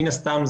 מן הסתם,